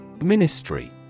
Ministry